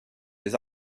les